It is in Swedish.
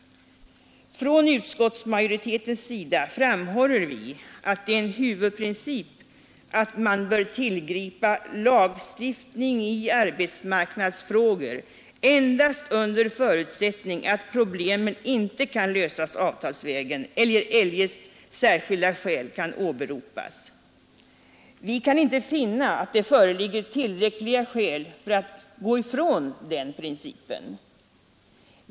Från utskottsmajoritetens sida framhåller vi att det är en huvudprincip att man bör tillgripa lagstiftning i arbetsmarknadsfrågor endast under förutsättning att problemen inte kan lösas avtalsvägen eller eljest särskilda skäl kan åberopas. Vi kan inte finna att det föreligger tillräckliga skäl för att gå ifrån denna princip.